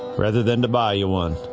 rather than to buy you one.